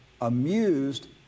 amused